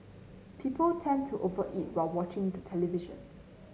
people tend to over eat while watching the television